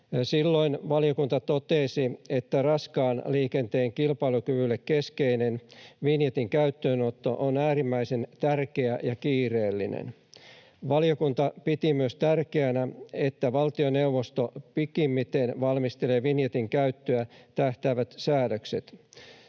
Silloin valiokunta totesi, että raskaan liikenteen kilpailukyvylle keskeinen vinjetin käyttöönotto on äärimmäisen tärkeä ja kiireellinen. Valiokunta piti myös tärkeänä, että valtioneuvosto pikimmiten valmistelee vinjetin käyttöön tähtäävät säädökset.